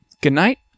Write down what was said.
Goodnight